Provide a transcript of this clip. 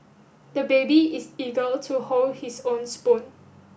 the baby is eager to hold his own spoon